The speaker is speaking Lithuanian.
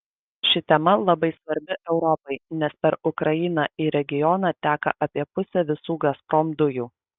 ši tema labai svarbi europai nes per ukrainą į regioną teka apie pusę visų gazprom dujų